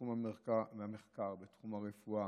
בתחום המחקר, בתחום הרפואה,